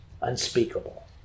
unspeakable